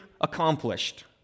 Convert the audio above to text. accomplished